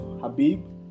habib